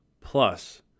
Plus